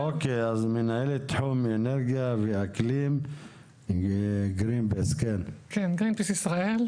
אוקיי, מנהלת תחום אנרגיה ואקלים, גרינפיס ישראל.